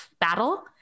battle